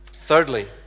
Thirdly